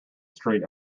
street